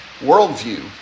worldview